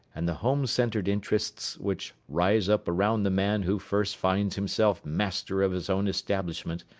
and the home-centred interests which rise up around the man who first finds himself master of his own establishment,